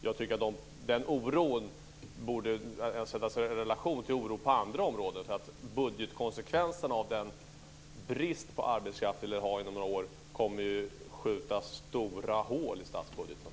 Jag tycker att den oron borde sättas i relation till oron på andra områden. Budgetkonsekvensen av den brist på arbetskraft vi lär ha om några år kommer att skjuta stora hål i statsbudgeten.